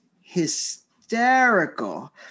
hysterical